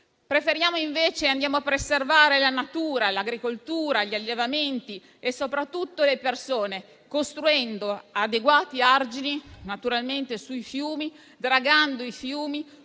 Preferiamo invece andare a preservare la natura, l'agricoltura, gli allevamenti e soprattutto le persone, costruendo adeguati argini sui fiumi, dragando i fiumi,